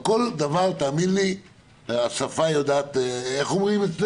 על כל דבר השפה יודעת להתגבר.